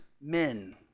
men